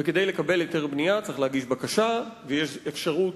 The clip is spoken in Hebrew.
וכדי לקבל היתר בנייה צריך להגיש בקשה ויש אפשרות